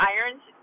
Irons